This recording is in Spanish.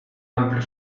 amplio